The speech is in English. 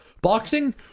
Boxing